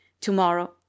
tomorrow